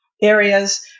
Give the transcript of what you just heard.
areas